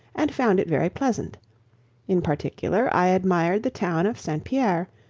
and found it very pleasant in particular i admired the town of st. pierre,